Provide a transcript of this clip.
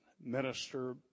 minister